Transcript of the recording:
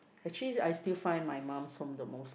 actually I still find my mom's home the most